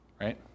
right